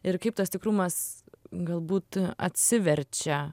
ir kaip tas tikrumas galbūt atsiverčia